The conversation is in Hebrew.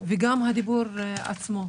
וגם הדיבור עצמו.